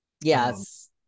Yes